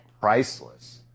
priceless